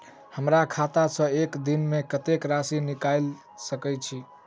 हमरा खाता सऽ एक दिन मे कतेक राशि निकाइल सकै छी